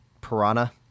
piranha